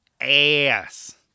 ass